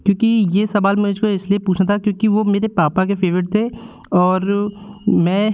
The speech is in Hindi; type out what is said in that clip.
क्योंकि ये सवाल मुझको इसलिए पूछना था क्योंकि वह मेरे पापा के फे़वरेट थे और मैं